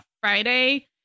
Friday